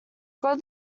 got